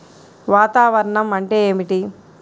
వాతావరణం అంటే ఏమిటి?